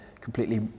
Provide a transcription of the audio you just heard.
completely